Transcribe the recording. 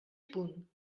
punt